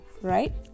right